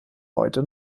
heute